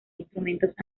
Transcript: instrumentos